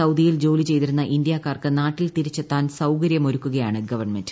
സൌദിയിൽ ജോലി ചെയ്തിരുന്ന ഇന്ത്യക്കാർക്ക് നാട്ടിൽ തിരിച്ചെത്താൻ സൌകര്യം ഒരുക്കുകയാണ് ഗവൺമെന്റ്